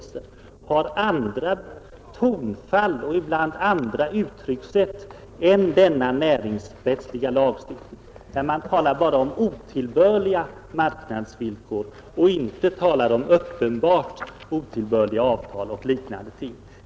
Men det kan inte hjälpas att den civilrättsliga lagstiftningen, köplag, avtalslag och andra bestämmelser, har andra tonfall och ibland andra uttryckssätt än denna näringsrättsliga lagstiftning, vari det talas om otillbörliga marknadsvillkor och inte om uppenbart otillbörliga avtal och liknande ting.